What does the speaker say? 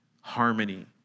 harmony